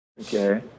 Okay